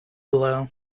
below